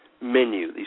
menu